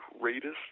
greatest